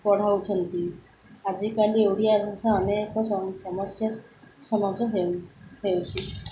ପଢ଼ାଉଛନ୍ତି ଆଜିକାଲି ଓଡ଼ିଆ ଭାଷା ଅନେକ ସମସ୍ୟ ସମ୍ମୁଖୀନ ହେଉ ହେଉଛି